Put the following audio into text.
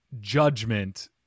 judgment